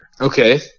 Okay